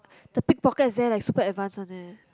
the pickpocket is there like super advanced one leh